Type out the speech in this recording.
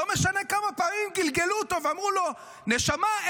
לא משנה כמה פעמים גלגלו אותו ואמרו לו: נשמה,